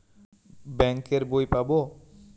Bank এর বই পাবো?